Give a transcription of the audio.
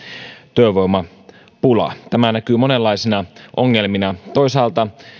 työvoimapula tämä näkyy monenlaisina ongelmina toisaalta